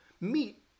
meet